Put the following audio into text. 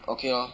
okay loh